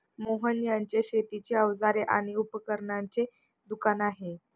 मोहन यांचे शेतीची अवजारे आणि उपकरणांचे दुकान आहे